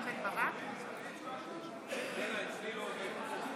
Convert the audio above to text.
ירדנה, אצלי לא עובד.